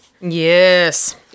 yes